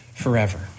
forever